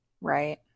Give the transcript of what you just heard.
Right